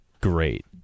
great